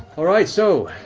all right, so.